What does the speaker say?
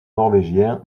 norvégien